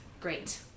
great